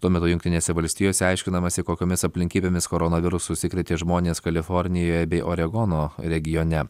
tuo metu jungtinėse valstijose aiškinamasi kokiomis aplinkybėmis koronavirusu užsikrėtė žmonės kalifornijoje bei oregono regione